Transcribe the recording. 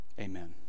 amen